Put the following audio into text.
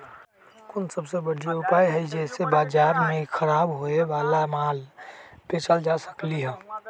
कोन सबसे बढ़िया उपाय हई जे से बाजार में खराब होये वाला माल बेचल जा सकली ह?